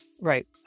right